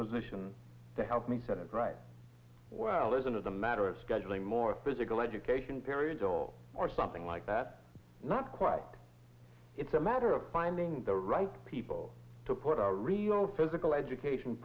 position to help me set it right well isn't it a matter of scheduling more physical education very dull or something like that not quite it's a matter of finding the right people to put a real physical education